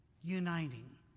uniting